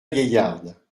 gaillarde